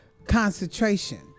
concentration